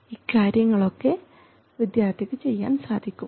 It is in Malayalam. ഇക്കാര്യങ്ങളൊക്കെ വിദ്യാർത്ഥിക്ക് ചെയ്യാൻ സാധിക്കും